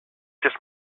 just